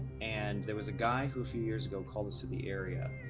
and there was a guy who, a few years ago, called us to the area.